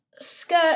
skirt